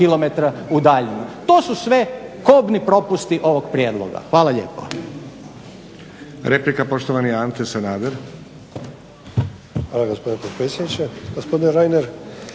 To su sve kobni propusti ovog prijedloga. Hvala lijepo.